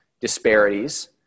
disparities